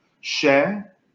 share